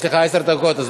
יש לך עשר דקות.